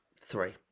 three